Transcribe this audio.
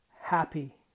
happy